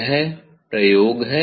यह प्रयोग है